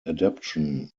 adoption